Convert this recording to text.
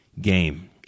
game